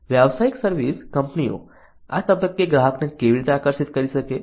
વ્યાવસાયિક સર્વિસ કંપનીઓ આ તબક્કે ગ્રાહકને કેવી રીતે આકર્ષિત કરી શકે